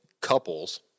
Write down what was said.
couples